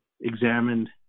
examined